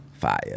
Fire